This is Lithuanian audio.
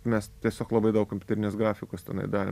mes tiesiog labai daug kompiuterinės grafikos tenai darėm